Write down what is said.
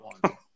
one